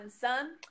son